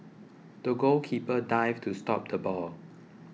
the goalkeeper dived to stop the ball